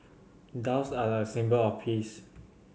doves are a symbol of peace